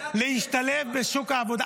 להשתלב בשוק העבודה.